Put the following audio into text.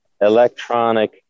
electronic